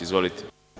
Izvolite.